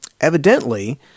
Evidently